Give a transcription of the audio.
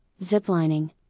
ziplining